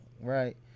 right